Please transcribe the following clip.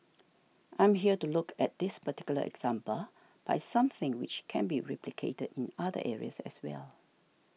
I'm here to look at this particular example but it's something which can be replicated in other areas as well